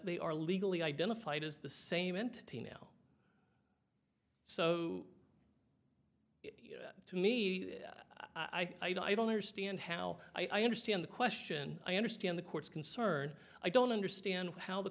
they are legally identified as the same entity now so to me i don't i don't understand how i understand the question i understand the court's concern i don't understand how the